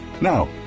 Now